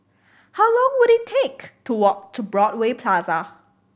how long will it take to walk to Broadway Plaza